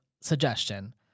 suggestion